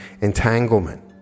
entanglement